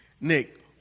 Nick